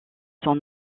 son